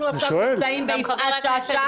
אנחנו עכשיו נמצאים ביפעת שאשא ביטון.